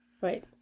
Right